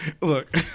look